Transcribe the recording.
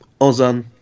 Ozan